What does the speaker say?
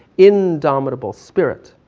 indomitable spirit.